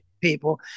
people